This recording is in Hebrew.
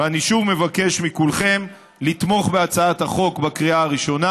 ואני שוב מבקש מכולכם לתמוך בהצעת החוק בקריאה הראשונה